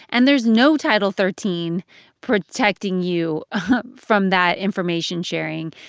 and there's no title thirteen protecting you from that information sharing.